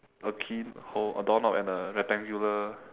a key hole a door knob and a rectangular